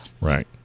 Right